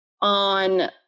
on